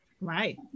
Right